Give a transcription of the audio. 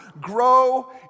Grow